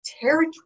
territory